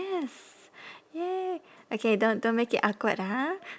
yes !yay! okay don't don't make it awkward ah